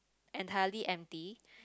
entirely empty